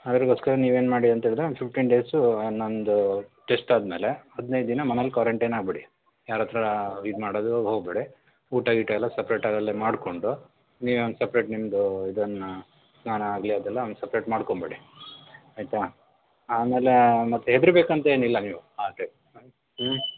ಅದಗೋಸ್ಕರ ನೀವೇನು ಮಾಡಿ ಅಂತಹೇಳಿದ್ರೆ ಒಂದು ಫಿಫ್ಟೀನ್ ಡೇಸೂ ನಂದು ಟೆಶ್ಟ್ ಆದಮೇಲೆ ಹದಿನೈದು ದಿನ ಮನೆಲ್ಲಿ ಕ್ವಾರಂಟೈನ್ ಆಗಿಬಿಡಿ ಯಾರತ್ರ ಇದು ಮಾಡೋದು ಹೋಗಬೇಡಿ ಊಟ ಗೀಟ ಎಲ್ಲ ಸಪ್ರೇಟಾಗಿ ಅಲ್ಲೆ ಮಾಡ್ಕೊಂಡು ನೀವೇ ಒಂದು ಸಪ್ರೇಟ್ ನಿಮ್ದು ಇದನ್ನು ಸ್ನಾನ ಆಗಲಿ ಅದೆಲ್ಲ ಒಂದು ಸಪ್ರೇಟ್ ಮಾಡ್ಕೊಂಬಿಡಿ ಆಯ್ತಾ ಆಮೇಲೆ ಮತ್ತೆ ಹೆದರಬೇಕಂತೇನಿಲ್ಲ ನೀವು ಆದರೆ ಹ್ಞೂ